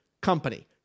company